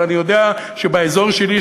אבל אני יודע שבאזור שלי,